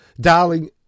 darling